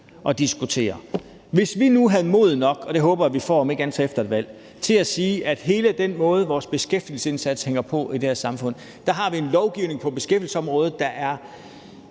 og diskutere. Hvis vi f.eks. nu havde mod nok til at sige – og det håber jeg at vi får, om ikke andet så efter et valg – at vi med hele den måde, vores beskæftigelsesindsats hænger sammen på i det her samfund, har en lovgivning på beskæftigelsesområdet, der er